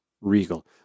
regal